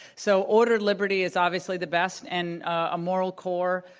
so ordered liberty is obviously the best. and a moral core,